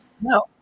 No